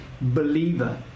believer